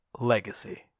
Legacy